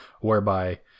whereby